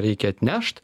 reikia atnešt